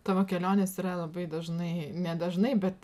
tavo kelionės yra labai dažnai nedažnai bet